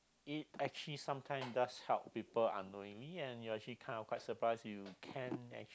it actually sometime does help people unknowingly and you are actually kind of quite surprised you can